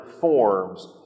forms